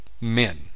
men